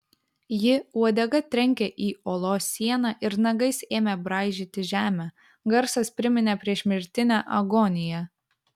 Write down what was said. ji uodega trenkė į olos sieną ir nagais ėmė braižyti žemę garsas priminė priešmirtinę agoniją